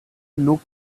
looked